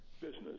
business